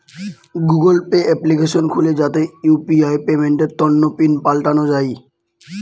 Google Pay application খুলে যাতে UPI পেমেন্টের তন্ন পিন পাল্টানো যাই